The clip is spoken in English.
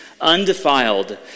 undefiled